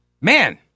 Man